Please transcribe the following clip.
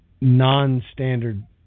non-standard